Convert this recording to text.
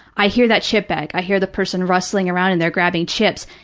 i hear that chip bag, i hear the person rustling around and they're grabbing chips,